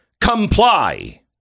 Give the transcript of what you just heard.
comply